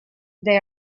they